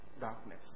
darkness